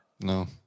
No